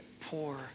poor